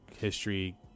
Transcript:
history